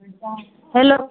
hello